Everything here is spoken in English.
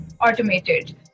automated